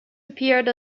appeared